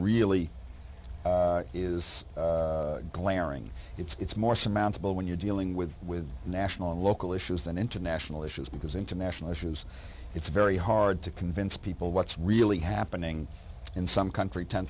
really is glaring it's more samantha when you're dealing with with national and local issues than international issues because international issues it's very hard to convince people what's really happening in some country ten